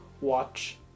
Watch